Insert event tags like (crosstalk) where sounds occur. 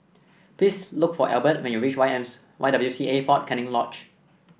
please look for Elbert when you reach Y (unintelligible) Y W C A Fort Canning Lodge